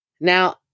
Now